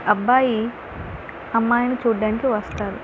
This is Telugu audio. అబ్బాయి అమ్మాయిని చూడడానికి వస్తారు